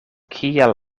kiel